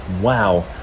wow